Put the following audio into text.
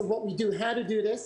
אבל דבר לא הוזכר עבור החרדים,